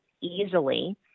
easily